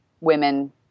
women